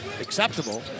acceptable